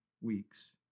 weeks